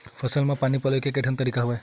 फसल म पानी पलोय के केठन तरीका हवय?